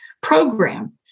program